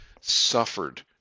suffered